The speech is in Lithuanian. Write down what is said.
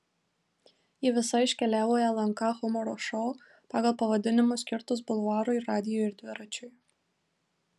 ji visa iškeliavo į lnk humoro šou pagal pavadinimus skirtus bulvarui radijui ir dviračiui